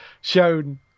shown